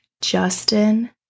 Justin